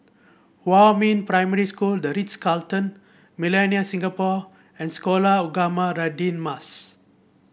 Huamin Primary School The Ritz Carlton Millenia Singapore and Sekolah Ugama Radin Mas